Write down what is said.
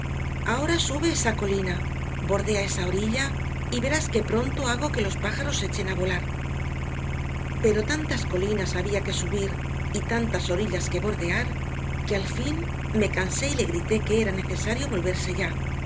ahora sube esa colina bordea esa orilla y verás qué pronto hago que los pájaros echen a volar pero tantas colinas había que subir y tantas orillas que bordear que al fin me cansé y le grité que era necesario volverse ya